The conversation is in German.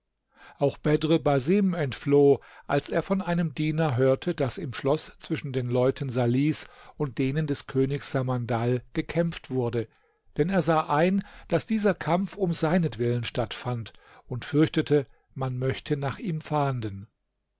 auch bedr basim entfloh als er von einem diener hörte daß im schloß zwischen den leuten salihs und denen des königs samandal gekämpft wurde denn er sah ein daß dieser kampf um seinetwillen stattfand und fürchtete man möchte nach ihm fahnden